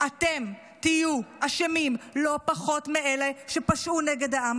אתם תהיו אשמים לא פחות מאלה שפשעו נגד העם